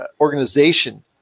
organization